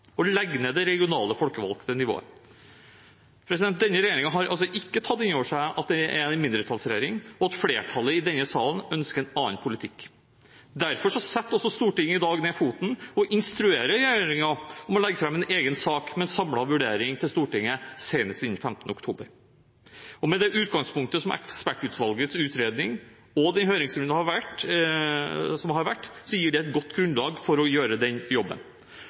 og legge ned det regionale folkevalgte nivået. Denne regjeringen har altså ikke tatt inn over seg at den er en mindretallsregjering, og at flertallet i denne salen ønsker en annen politikk. Derfor setter også Stortinget i dag ned foten og instruerer regjeringen om å legge fram en egen sak med en samlet vurdering til Stortinget, senest innen 15. oktober. Og med det utgangspunktet som ekspertutvalgets utredning og høringsrundene har vært, gis det et godt grunnlag for å gjøre den jobben.